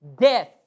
death